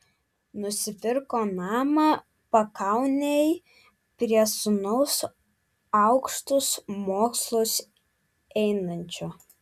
nusipirko namą pakaunėj prie sūnaus aukštus mokslus einančio